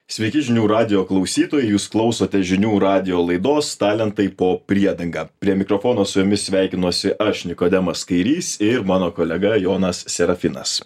sveiki žinių radijo klausytojai jūs klausote žinių radijo laidos talentai po priedanga prie mikrofono su jumis sveikinuosi aš nikodemas kairys ir mano kolega jonas serafinas